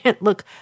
look